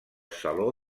saló